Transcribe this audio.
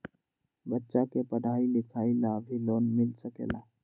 बच्चा के पढ़ाई लिखाई ला भी लोन मिल सकेला?